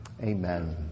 Amen